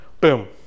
boom